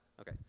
Okay